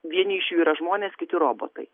vieni iš jų yra žmonės kiti robotai